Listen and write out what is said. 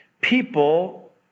people